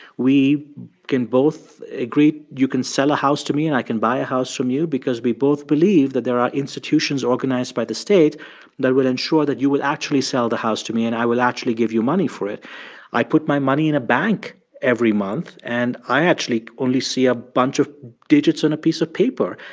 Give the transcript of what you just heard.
we can both agree you can sell a house to me and i can buy a house from you because we both believe that there are institutions organized by the state that will ensure that you will actually sell the house to me and i will actually give you money for it i put my money in a bank every month, and i actually only see a bunch of digits on a piece of paper.